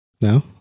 No